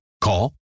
Call